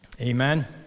Amen